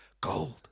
Gold